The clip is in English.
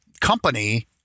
company